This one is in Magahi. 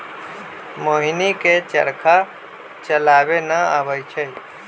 मोहिनी के चरखा चलावे न अबई छई